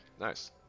Nice